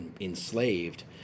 enslaved